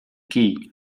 kij